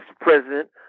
president